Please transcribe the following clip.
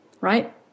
right